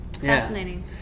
Fascinating